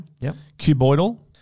Cuboidal